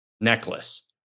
necklace